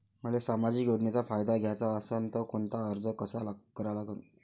मले सामाजिक योजनेचा फायदा घ्याचा असन त कोनता अर्ज करा लागन?